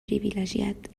privilegiat